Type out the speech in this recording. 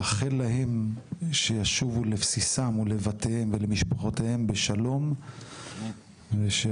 לאחל להם שישובו לבסיסם ולבתיהם ולבני משפחותיהם בשלום ושהקדוש